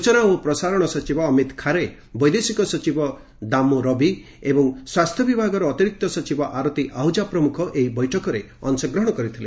ସ୍ବଚନା ଓ ପ୍ରସାରଣ ସଚିବ ଅମିତ ଖାରେ ବୈଦେଶିକ ସଚିବ ଦାମୁରବି ଏବଂ ସ୍ୱାସ୍ଥ୍ୟ ବିଭାଗର ଅତିରିକ୍ତ ସଚିବ ଆରତୀ ଆହୁଜା ପ୍ରମୁଖ ଏହି ବୈଠକରେ ଅଂଶଗ୍ରହଣ କରିଥିଲେ